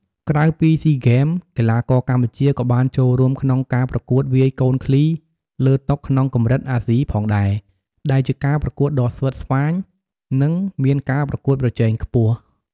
ក្រៅពីស៊ីហ្គេម កីឡាករកម្ពុជាក៏បានចូលរួមក្នុងការប្រកួតវាយកូនឃ្លីលើតុក្នុងកម្រិតអាស៊ីផងដែរ ដែលជាការប្រកួតដ៏ស្វិតស្វាញ និងមានការប្រកួតប្រជែងខ្ពស់។